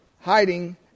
hiding